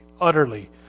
utterly